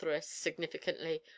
significantly